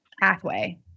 pathway